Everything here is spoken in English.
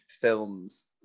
films